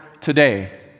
today